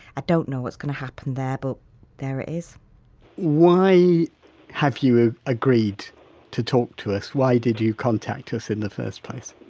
ah don't know what's going to happen there but there it is why have you ah agreed to talk to us, why did you contact us in the first place?